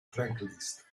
tracklist